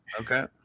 Okay